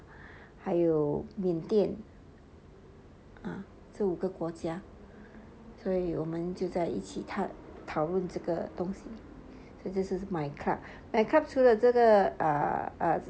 还有缅甸这五个国家所以我们就在一起讨论这个东西就是 myClub myClub 除了这个 err